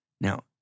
Now